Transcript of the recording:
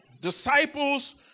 Disciples